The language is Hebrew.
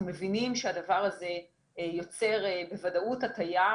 מבינים שהדבר הזה יוצר בוודאות הטיה,